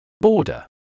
Border